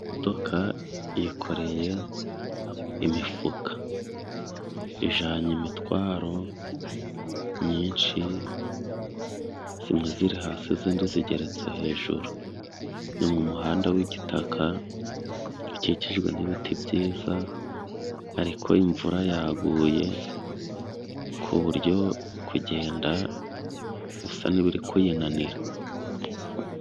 Imodoka yikoreye imifuka. Ijanye imitwaro nyinshi zimwe ziri hasi izindi zigeretse hejuru. Ni mu muhanda w'igitaka ukikijwe n'ibiti byiza, ariko imvura yaguye ku buryo kugenda bisa n'ibiri kuyinanira.